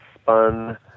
spun